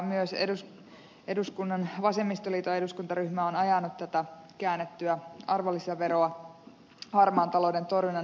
myös eduskunnan vasemmistoliiton eduskuntaryhmä on ajanut tätä käännettyä arvonlisäveroa harmaan talouden torjunnan näkökulmasta